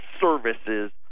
services